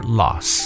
loss